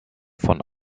von